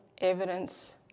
evidence